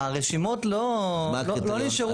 הרשימות לא נשארו תקועות.